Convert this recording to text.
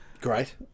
Great